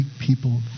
people